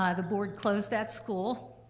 ah the board closed that school,